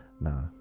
No